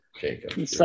jacob